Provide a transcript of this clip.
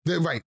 right